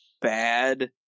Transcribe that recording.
bad